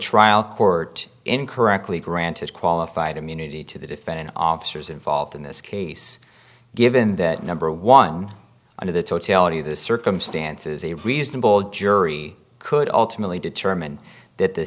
trial court incorrectly granted qualified immunity to the defendant officers involved in this case given that number one under the totality of the circumstances a reasonable jury could ultimately determine that the